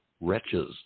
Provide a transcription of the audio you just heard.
Wretches